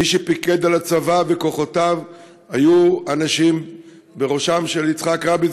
מי שפיקד על הצבא וכוחותיו היו אנשים שבראשם יצחק רבין,